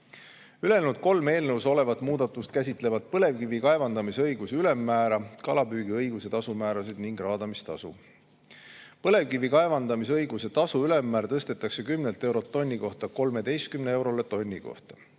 Ülejäänud kolm eelnõus olevat muudatust käsitlevad põlevkivi kaevandamise õiguse [tasu] ülemmäära, kalapüügiõiguse tasu määrasid ning raadamistasu. Põlevkivi kaevandamise õiguse tasu ülemmäär tõstetakse 10 eurolt tonni kohta 13 eurole tonni kohta.